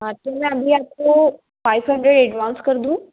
हाँ चलिए अभी आपको फाइव हेंड्रेड एडवांस कर दूँ